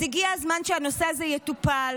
אז הגיע הזמן שהנושא הזה יטופל.